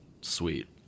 sweet